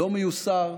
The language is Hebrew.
לא מיוסר,